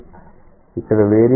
ఇక్కడ వేరియబుల్ ఏంటి